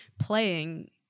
playing